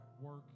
work